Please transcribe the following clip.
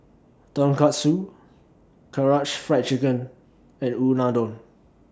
Tonkatsu Karaage Fried Chicken and Unadon